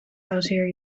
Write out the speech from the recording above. pauzeer